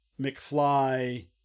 McFly